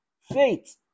Faith